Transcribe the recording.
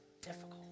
difficult